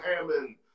Hammond